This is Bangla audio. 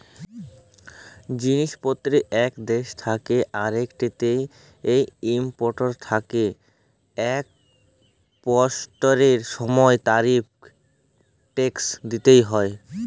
জিলিস পত্তের ইক দ্যাশ থ্যাকে আরেকটতে ইমপরট আর একসপরটের সময় তারিফ টেকস দ্যিতে হ্যয়